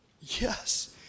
Yes